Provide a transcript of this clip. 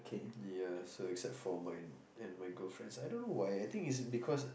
ya so except for mine and my girlfriend's I don't know why I think it's because